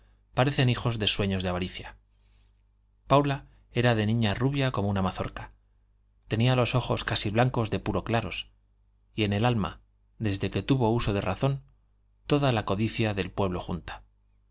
parecen hijos de sueños de avaricia paula era de niña rubia como una mazorca tenía los ojos casi blancos de puro claros y en el alma desde que tuvo uso de razón toda la codicia del pueblo junta